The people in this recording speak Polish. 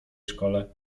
szkole